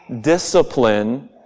discipline